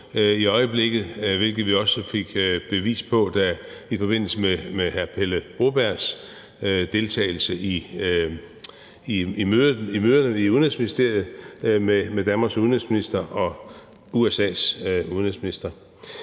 i øjeblikket, hvilket vi også fik bevis på i forbindelse med Pele Brobergs deltagelse i møderne i Udenrigsministeriet med Danmarks udenrigsminister og USA's udenrigsminister.